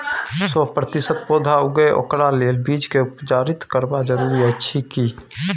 सौ प्रतिसत पौधा उगे ओकरा लेल बीज के उपचारित करबा जरूरी अछि की?